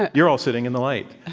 and you're all sitting in the light.